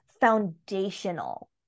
foundational